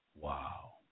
Wow